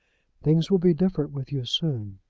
things will be different with you soon.